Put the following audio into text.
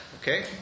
Okay